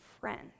friends